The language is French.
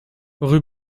rue